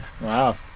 Wow